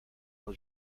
del